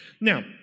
Now